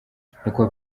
nyakubahwa